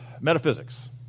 metaphysics